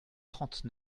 trente